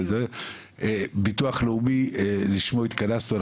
ביטוח לאומי, לשמו התכנסנו.